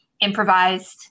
improvised